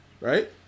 right